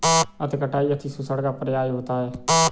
अति कटाई अतिशोषण का पर्याय होता है